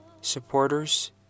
supporters